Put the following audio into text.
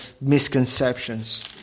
misconceptions